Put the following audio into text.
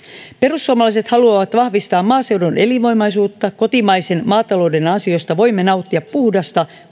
perussuomalaiset haluavat vahvistaa maaseudun elinvoimaisuutta kotimaisen maatalouden ansiosta voimme nauttia puhdasta